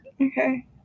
okay